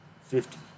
fifty